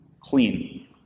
clean